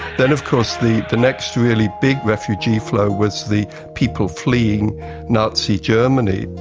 then of course the the next really big refugee flow was the people fleeing nazi germany,